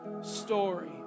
story